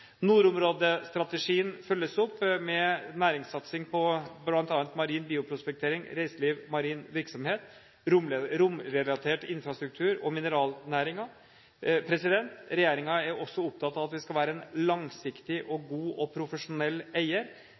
Nordområdestrategien følges opp med næringssatsing på bl.a. marin bioprospektering, reiseliv, marin virksomhet, romrelatert infrastruktur og mineralnæringen. Regjeringen er også opptatt av at vi skal være en langsiktig, profesjonell og god